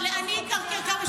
אני אקרקר כמה שאני רוצה.